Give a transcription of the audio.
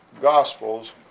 gospels